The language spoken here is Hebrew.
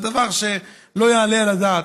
זה דבר שלא יעלה על הדעת.